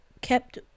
kept